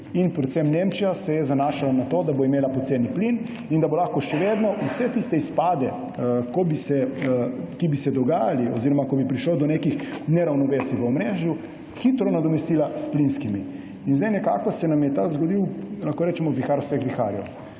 Predvsem Nemčija se je zanašala na to, da bo imela poceni plin in da bo lahko še vedno vse tiste izpade, ki bi se dogajali oziroma ko bi prišlo do nekih neravnovesij v omrežju, hitro nadomestila s plinskimi. Zdaj se nam je nekako zgodil, lahko rečemo, vihar vseh viharjev.